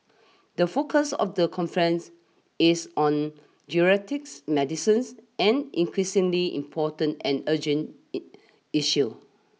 the focus of the conference is on geriatrics medicines an increasingly important and urgent issue